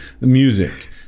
music